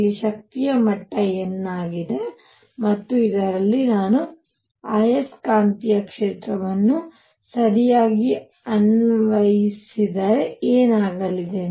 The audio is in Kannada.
ಇಲ್ಲಿ ಶಕ್ತಿಯ ಮಟ್ಟ n ಆಗಿದೆ ಮತ್ತು ಇದರಲ್ಲಿ ನಾನು ಆಯಸ್ಕಾಂತೀಯ ಕ್ಷೇತ್ರವನ್ನು ಸರಿಯಾಗಿ ಅನ್ವಯಿಸಿದರೆ ಏನಾಗಲಿದೆ